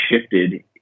shifted